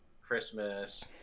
christmas